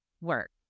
work